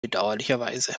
bedauerlicherweise